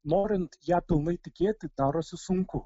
norint ja pilnai tikėti darosi sunku